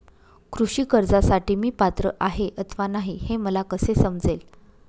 कृषी कर्जासाठी मी पात्र आहे अथवा नाही, हे मला कसे समजेल?